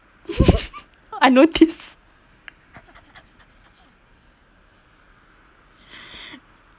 I noticed